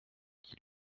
qui